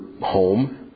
home